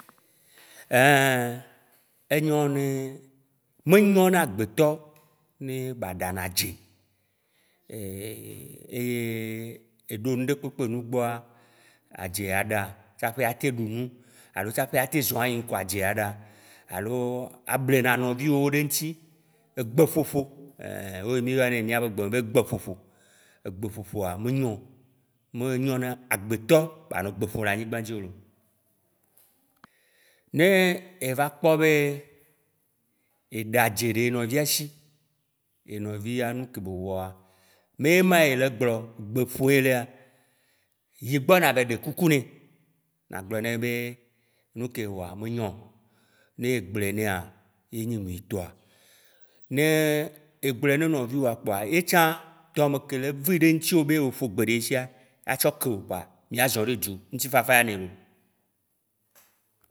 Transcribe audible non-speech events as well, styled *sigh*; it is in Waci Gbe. Ein, enyo ne me nyo ne agbetɔ be ba ɖana adze, *hesitation* eye eɖo nuɖe kpekpe nu gbɔa, adze ya ɖa tsaƒe atem aɖu nu, alo tsaƒe atem zɔ ayi ŋkɔ, adze ya ɖa, alo able nɔviwowo ɖe eŋuti, egbeƒoƒo ein mì yɔ nɛ le mìa be gbe me be gbeƒoƒo. Egbeƒoƒoa menyo, menyo ne agbetor ba nɔ gbe ƒom le agnigba dzi wo lo. Ne eva kpɔ be ye ɖadze ɖe ye nɔvia si, ye nɔvia nuke be woa, me ye ma ye le gblɔ gbe ƒom yelea, yi gbɔ na va yi ɖe kuku nɛ, nagblɔ nɛ be, nuke ye wɔa menyo, ne ye gblɔe nea, ye nyi nyui tɔa. Ne egblɔe ne nɔviwòa kpoa, yetsã dɔ me ke le ve ɖe ŋtiwò be eƒogbe ɖe yesia, atsɔ ke wò kpoa mìa zɔ ɖe du ŋtifafa ya ne loo